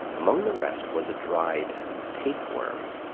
among the rest was a dried tapeworm.